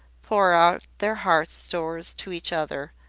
pour out their heart stores to each other,